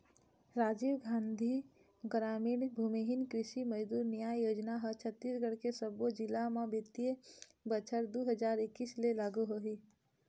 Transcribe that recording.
राजीव गांधी गरामीन भूमिहीन कृषि मजदूर न्याय योजना ह छत्तीसगढ़ के सब्बो जिला म बित्तीय बछर दू हजार एक्कीस ले लागू होही